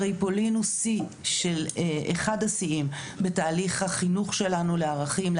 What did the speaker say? הרי המסע לפולין הוא אחד השיאים בתהליך החינוך שלנו לערכים,